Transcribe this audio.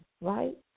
right